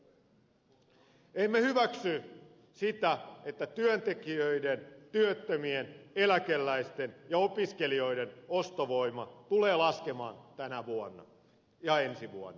emme hyväksy sitä että työntekijöiden työttömien eläkeläisten ja opiskelijoiden ostovoima tulee laskemaan tänä ja ensi vuonna